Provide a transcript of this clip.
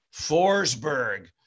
Forsberg